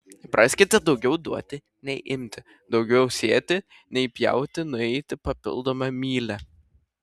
įpraskite daugiau duoti nei imti daugiau sėti nei pjauti nueiti papildomą mylią